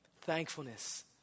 Thankfulness